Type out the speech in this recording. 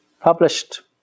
Published